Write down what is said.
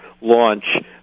launch